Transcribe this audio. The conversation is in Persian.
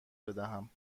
بدهم